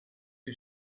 who